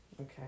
Okay